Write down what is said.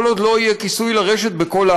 כל עוד לא יהיה בכל הארץ כיסוי לרשת בצורה